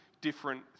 different